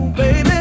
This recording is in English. baby